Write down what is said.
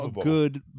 good